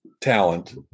talent